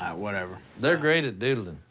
whatever. they're great at doodling,